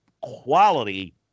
quality